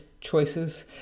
choices